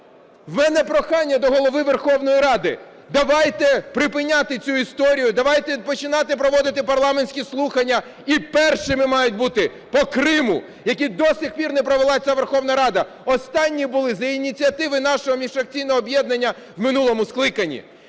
У мене прохання до Голови Верховної Ради: давайте припиняти цю історію, давайте починати проводити парламентські слухання. І першими мають бути по Криму, які до сих пір не провела ця Верховна Рада. Останні були за ініціативи нашого міжфракційного об'єднання у минулому скликанні!